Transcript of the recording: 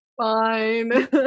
Fine